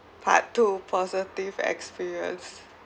part two positive experience